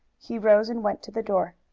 he rose and went to the door.